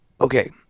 Okay